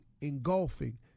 engulfing